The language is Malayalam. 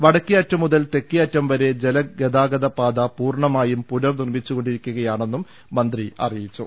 വടക്കേ അറ്റം മുതൽ തെക്കേ അറ്റം വരെ ജലഗതാഗത പാത പൂർണമായും പുനർനിർമ്മിച്ചുകൊണ്ടിരിക്കുകയാണെന്നും മന്ത്രി അറിയിച്ചു